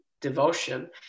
devotion